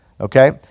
okay